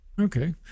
Okay